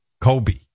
Kobe